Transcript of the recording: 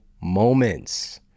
moments